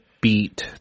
beat